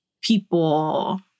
people